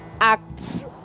act